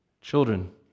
Children